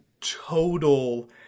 total